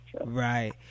right